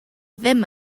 ddim